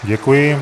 Děkuji.